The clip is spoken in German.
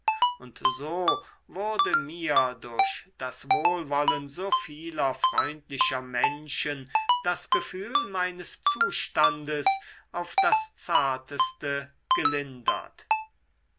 und so wurde mir durch das wohlwollen so vieler freundlicher menschen das gefühl meines zustandes auf das zarteste gelindert